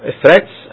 threats